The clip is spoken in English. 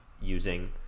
using